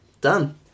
done